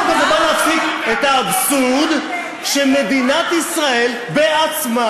החוק הזה בא להפסיק את האבסורד שמדינת ישראל בעצמה